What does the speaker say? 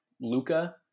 Luca